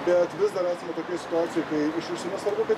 bet vis dar esame tokioj situacijoj kai iš viso nesvarbu kad